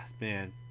man